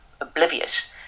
oblivious